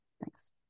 Thanks